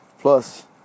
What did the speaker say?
Plus